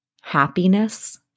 happiness